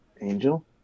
Angel